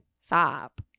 stop